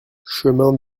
chemin